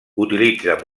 utilitza